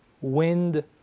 wind